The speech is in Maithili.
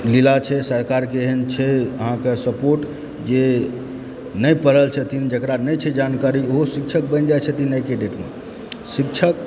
एहन लीला छै सरकारके एहन छै अहाँकऽ सपोर्ट जे नहि पढ़ल छथिन जेकरा नहि छै जानकारी ओहो शिक्षक बनि जाइ छथिन आइके डेटमे शिक्षक